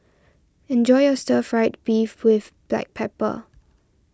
enjoy your Stir Fry Beef with Black Pepper